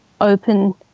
open